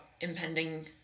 impending